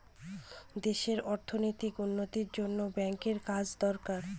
দেশে অর্থনৈতিক উন্নতির জন্য ব্যাঙ্কের কাজ দরকার